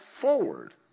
forward